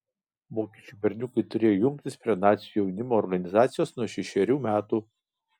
vokiečių berniukai turėjo jungtis prie nacių jaunimo organizacijos nuo šešerių metų